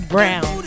Brown